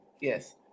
yes